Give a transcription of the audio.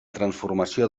transformació